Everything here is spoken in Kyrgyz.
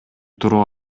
туруп